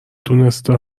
دونسته